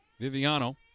Viviano